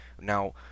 Now